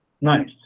Nice